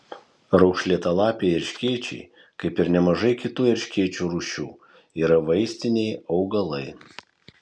raukšlėtalapiai erškėčiai kaip ir nemažai kitų erškėčių rūšių yra vaistiniai augalai